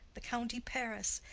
the county paris,